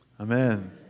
Amen